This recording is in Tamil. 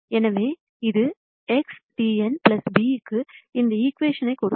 எனவே இது X T n b க்கு இந்த ஈகிவேஷன் கொடுக்கும்